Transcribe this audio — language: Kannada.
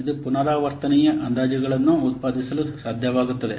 ಇದು ಪುನರಾವರ್ತನೀಯ ಅಂದಾಜುಗಳನ್ನು ಉತ್ಪಾದಿಸಲು ಸಾಧ್ಯವಾಗುತ್ತದೆ